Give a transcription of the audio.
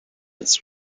its